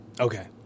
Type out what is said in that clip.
Okay